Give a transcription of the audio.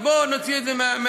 אז בוא נוציא את זה מהלקסיקון.